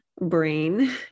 brain